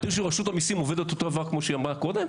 אתם יודעים שרשות המיסים עובדות באותו אופן שבו היא עבדה קודם?